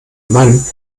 mann